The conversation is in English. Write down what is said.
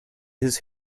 his